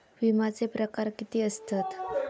विमाचे प्रकार किती असतत?